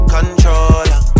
Controller